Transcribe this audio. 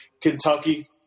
Kentucky